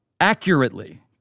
accurately